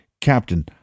Captain